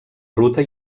ruta